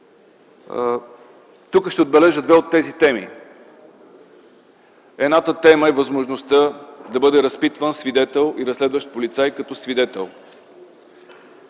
Тук ще отбележа две от тези теми. Едната е възможността да бъде разпитван свидетел и разследващ полицай като свидетел.